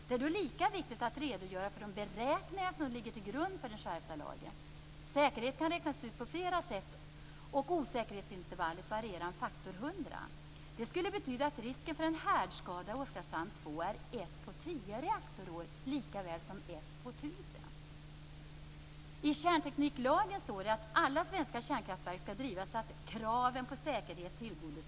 Det är då lika viktigt att redogöra för de beräkningar som ligger till grund för den skärpta lagen. Säkerhet kan räknas ut på flera sätt, och osäkerhetsintervallet varierar med faktor 100. Det skulle betyda att risken för en härdskada i Oskarshamn 2 är en på tio år lika väl som en på I kärntekniklagen står det att alla svenska kärnkraftverk skall drivas så att kraven på säkerhet tillgodoses.